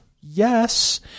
Yes